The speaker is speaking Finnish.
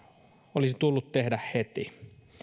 olisi tullut tehdä heti